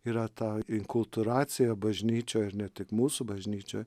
yra ta inkultūracija bažnyčioj ir ne tik mūsų bažnyčioj